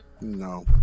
No